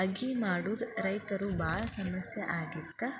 ಅಗಿ ಮಾಡುದ ರೈತರು ಬಾಳ ಸಮಸ್ಯೆ ಆಗಿತ್ತ